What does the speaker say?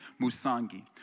Musangi